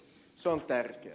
se on tärkeää